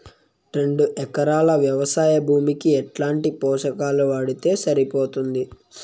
రెండు ఎకరాలు వ్వవసాయ భూమికి ఎట్లాంటి పోషకాలు వాడితే సరిపోతుంది?